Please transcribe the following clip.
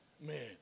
man